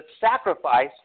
sacrifice